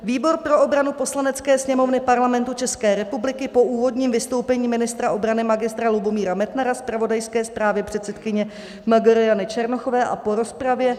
Výbor pro obranu Poslanecké sněmovny Parlamentu České republiky po úvodním vystoupení ministra obrany Mgr. Lubomíra Metnara, zpravodajské zprávě předsedkyně Mgr. Jany Černochové a po rozpravě